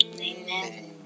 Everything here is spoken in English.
Amen